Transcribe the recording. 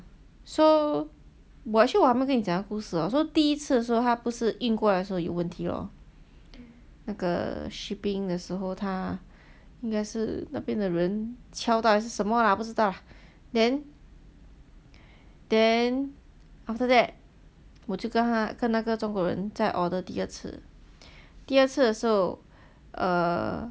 so actually 我还没有跟你讲那个故事 so 第一次 so 他不是运过来的时候有问题 lor 那个 shipping 的时候他应该是那边的人敲打还是什么 lah 不知道 lah then then after that 我就跟他跟那个中国人再 order 第二次第二次的时候 err